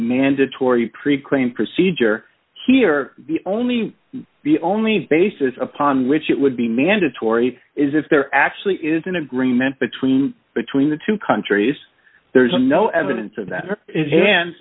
mandatory pre claim procedure here only the only basis upon which it would be mandatory is if there actually is an agreement between between the two countries there's no evidence of that in hand